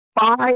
five